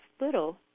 little